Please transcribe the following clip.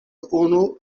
unu